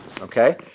Okay